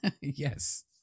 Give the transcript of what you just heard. Yes